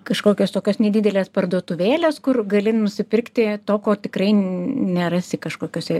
kažkokios tokios nedidelės parduotuvėlės kur gali nusipirkti to ko tikrai nerasi kažkokiose